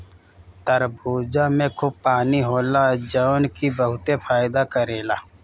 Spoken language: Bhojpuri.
तरबूजा में खूब पानी होला जवन की बहुते फायदा करेला